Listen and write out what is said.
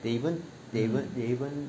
they even they even they even